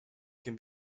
can